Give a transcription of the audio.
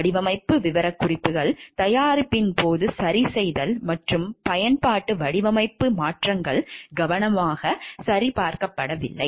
வடிவமைப்பு விவரக்குறிப்புகள் தயாரிப்பின் போது சரிசெய்தல் மற்றும் பயன்பாட்டு வடிவமைப்பு மாற்றங்கள் கவனமாக சரிபார்க்கப்படவில்லை